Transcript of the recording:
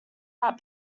that